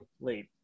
late